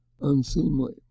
unseemly